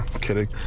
kidding